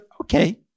okay